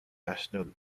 national